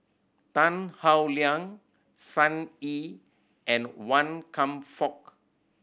Tan Howe Liang Sun Yee and Wan Kam Fook